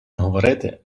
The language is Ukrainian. говорити